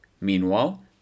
Meanwhile